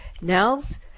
Nels